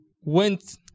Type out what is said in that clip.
went